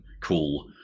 cool